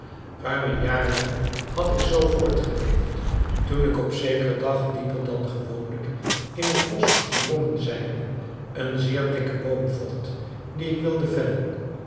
ruim een jaar lang had ik zoo voortgeleefd toen ik op zekeren dag dieper dan gewoonlijk in het bosch gedrongen zijnde een zeer dikken boom vond dien ik wilde vellen